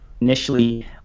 initially